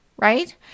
right